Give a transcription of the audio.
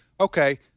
Okay